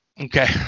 Okay